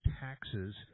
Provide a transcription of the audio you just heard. taxes